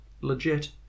Legit